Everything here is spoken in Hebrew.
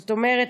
זאת אומרת,